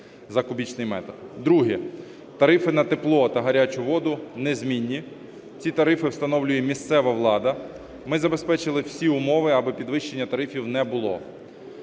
Друге. Тарифи на тепло та гарячу воду незмінні, ці тарифи встановлює місцева влада. Ми забезпечили всі умови, аби підвищення тарифів не було